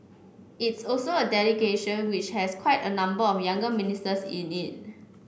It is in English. it's also a delegation which has quite a number of younger ministers in it